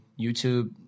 YouTube